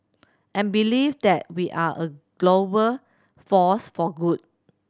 and believe that we are a global force for good